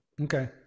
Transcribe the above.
Okay